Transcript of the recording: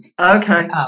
Okay